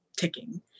ticking